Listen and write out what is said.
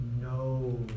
No